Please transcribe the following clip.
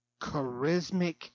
charismatic